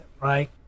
right